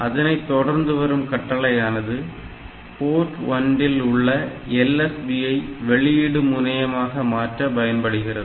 அதனைத் தொடர்ந்துவரும் கட்டளையானது போர்ட் 1 இல் உள்ள LSB ஐ வெளியீடு முனையமாக மாற்ற பயன்படுகிறது